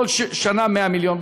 כל שנה 100 מיליון.